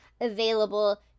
available